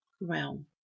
realm